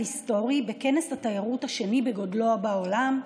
היסטורי בכנס התיירות השני בגודלו בעולם,